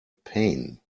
pain